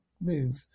move